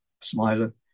Smiler